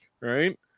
Right